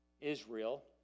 Israel